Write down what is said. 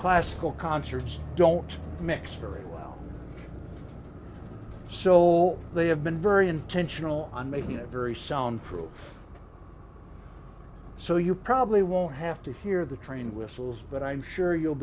classical concerts don't mix very well so they have been very intentional on making a very sound proof so you probably won't have to hear the train whistles but i'm sure you'll